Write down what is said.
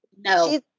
No